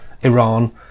Iran